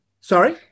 Sorry